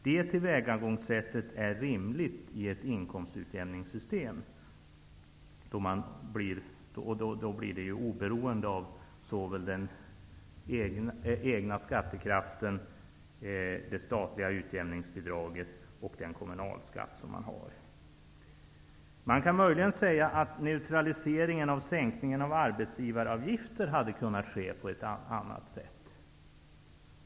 Det tillvägagångssättet är rimligt i ett inkomstutjämningssystem, vilket gör att man blir oberoende av den egna skattekraften, det statliga utjämningsbidraget och den kommunalskatt man har. Man kan möjligen säga att neutraliseringen av sänkningen av arbetsgivaravgiften hade kunnat ske på ett annat sätt.